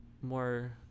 more